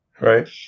Right